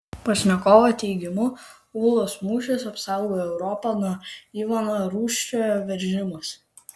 pašnekovo teigimu ūlos mūšis apsaugojo europą nuo ivano rūsčiojo veržimosi